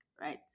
right